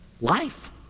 life